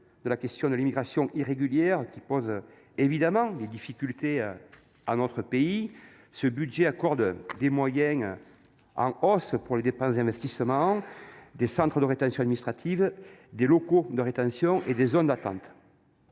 viens au sujet de l’immigration irrégulière, qui pose évidemment des difficultés à notre pays. Certes, les moyens alloués aux dépenses d’investissement des centres de rétention administrative, des locaux de rétention et des zones d’attente